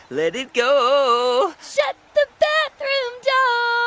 let it go shut the bathroom yeah